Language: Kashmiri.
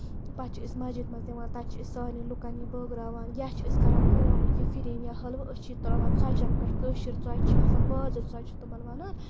پَتہٕ چھِ أسۍ مَسجد منٛز نِوان تَتہِ چھِ أسۍ سارنی لُکن یہِ بٲغراوان یا چھِ أسۍ کران کٲم یہِ فِرِنۍ یا حٔلوٕ أسۍ چھِ یہِ تراوان ژۄچین پٮ۪ٹھ پٮ۪ٹھ کٲشِر ژۄچہِ چھِ آسان بازر ژۄچہِ تِمن وَنان